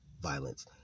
violence